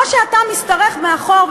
או שאתה משתרך מאחור,